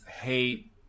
hate